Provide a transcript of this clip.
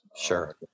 Sure